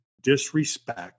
disrespect